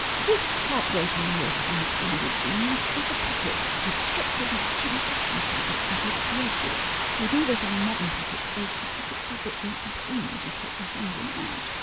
this heartbreaking work of misguided genius, is the pocket. with strips of matching fashion fabric added at the edges. we do this on modern pockets so that the pocket fabric won't be seen as you take your hand in and out.